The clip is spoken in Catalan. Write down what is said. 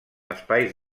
espais